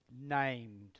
named